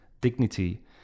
dignity